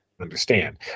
understand